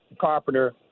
Carpenter